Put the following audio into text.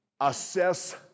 Assess